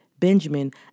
Benjamin